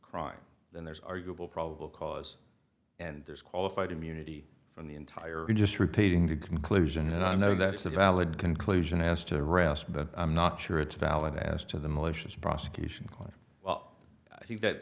crime then there's arguable probable cause and there's qualified immunity from the entire just repeating the conclusion and i know that it's a valid conclusion as to the rest but i'm not sure it's valid as to the malicious prosecution well i think that